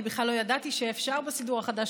אני בכלל לא ידעתי שאפשר בסידור החדש